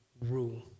rule